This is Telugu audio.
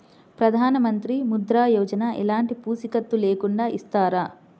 ప్రధానమంత్రి ముద్ర యోజన ఎలాంటి పూసికత్తు లేకుండా ఇస్తారా?